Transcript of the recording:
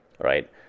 right